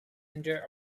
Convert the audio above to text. under